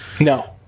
No